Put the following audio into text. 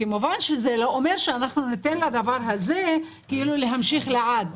כמובן שזה לא אומר שאנחנו ניתן לדבר הזה להמשיך לעד,